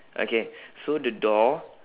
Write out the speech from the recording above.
okay so the door